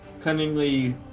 cunningly